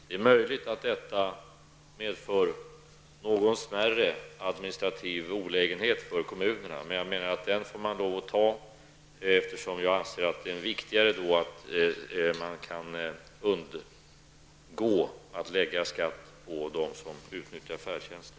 Det är möjligt att detta medför någon smärre administrativ olägenhet för kommunerna, men det får man lov att acceptera. Jag anser att det är viktigare att man kan undgå att lägga skatt på dem som utnyttjar färdtjänsten.